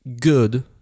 good